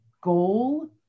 goal